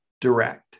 direct